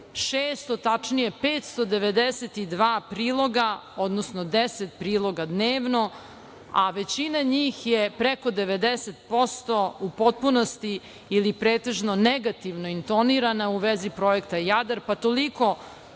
šesto, tačnije 592 priloga, odnosno deset priloga dnevno, a većina njih je preko 90% u potpunosti ili pretežno negativno intonirana u vezi Projekta „Jadar“, pa toliko